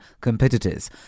competitors